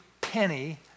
penny